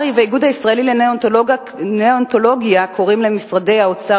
הר"י והאיגוד הישראלי לנאונטולוגיה קוראים למשרדי האוצר